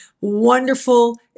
wonderful